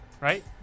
Right